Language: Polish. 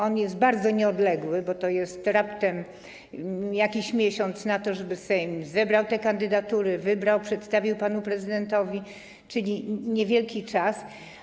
On jest bardzo nieodległy, bo to jest raptem jakiś miesiąc na to, żeby Sejm zebrał te kandydatury, wybrał i przedstawił panu prezydentowi, czyli niedługi czas.